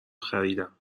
خریدم